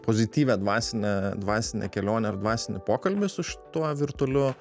pozityvią dvasinę dvasinę kelionę ar dvasinį pokalbį su šituo virtualiu